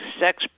sex